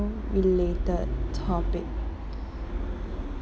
related topic